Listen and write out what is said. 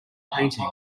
painting